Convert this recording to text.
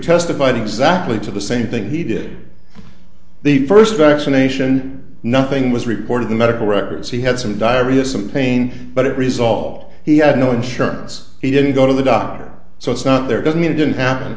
testified exactly to the same thing he did the first vaccination nothing was reported the medical records he had some diarrhea some pain but it resolved he had no insurance he didn't go to the doctor so it's not there doesn't mean it didn't happen